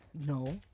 no